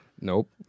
Nope